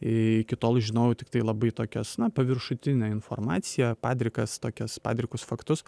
iki tol žinojau tiktai labai tokias na paviršutinę informaciją padrikas tokias padrikus faktus